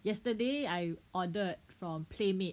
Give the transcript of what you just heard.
yesterday I ordered from Playmate